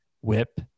whip